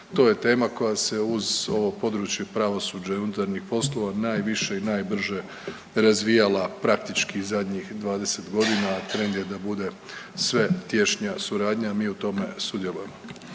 To je tema koja se uz ovo područje pravosuđa i unutarnjih poslova najviše i najbrže razvijala praktički zadnjih 20 godina, a trend je da bude sve tješnjija suradnja, a mi u tome sudjelujemo.